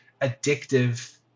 addictive